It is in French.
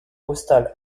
postal